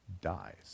dies